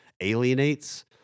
alienates